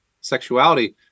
sexuality